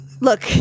Look